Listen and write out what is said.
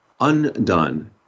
undone